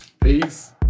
Peace